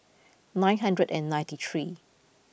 nine hundred and ninety three